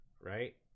right